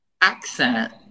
accent